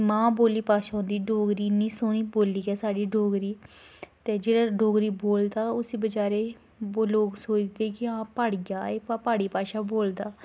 मां बोली भाशा होंदी डोगरी इन्नी सोह्नी बोल्ली ऐ साढ़ी डोगरी ते जेह्ड़ा डोगरी बोलदा उसी बचैरे गी लोग सोचदे कि प्हाड़िया ऐ प्हाड़ी भाशा बोलदा